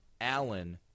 Allen